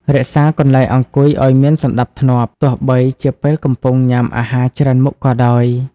រក្សាកន្លែងអង្គុយឱ្យមានសណ្តាប់ធ្នាប់ ទោះបីជាពេលកំពុងញ៉ាំអាហារច្រើនមុខក៏ដោយ។